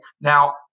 Now